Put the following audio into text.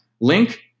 link